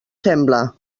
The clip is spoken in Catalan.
sembla